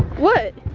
what?